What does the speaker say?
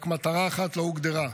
רק מטרה אחת לא הוגדרה.